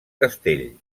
castell